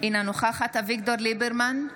אינה נוכחת אביגדור ליברמן,